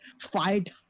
fight